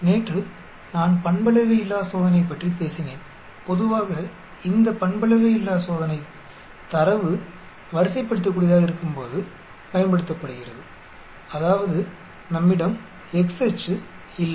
நேற்று நான் பண்பளவையில்லா சோதனை பற்றி பேசினேன் பொதுவாக இந்த பண்பளவையில்லா சோதனை தரவு வரிசைப்படுத்தக்கூடியதாக இருக்கும்போது பயன்படுத்தப்படுகிறது அதாவது நம்மிடம் x அச்சு இல்லை